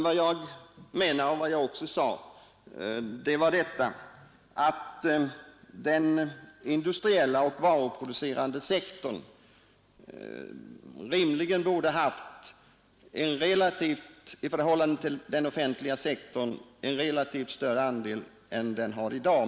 Vad jag sade var att den industriella och varuproducerande sektorn rimligen borde haft en i förhållande till den offentliga sektorn relativt större andel än den har i dag.